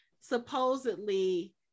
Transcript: supposedly